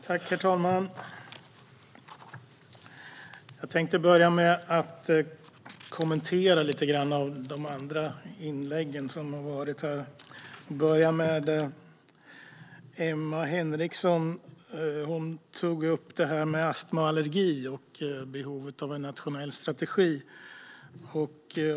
Herr talman! Jag tänkte börja med att kommentera de inlägg vi har hört lite grann. Jag börjar med Emma Henriksson, som tog upp astma och allergi och behovet av en nationell strategi.